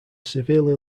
severely